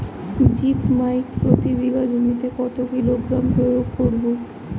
Zip মাইট প্রতি বিঘা জমিতে কত কিলোগ্রাম প্রয়োগ করব?